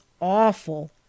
awful